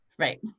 Right